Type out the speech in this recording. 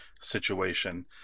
situation